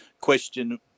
question